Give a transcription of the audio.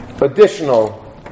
additional